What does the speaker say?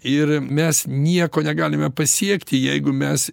ir mes nieko negalime pasiekti jeigu mes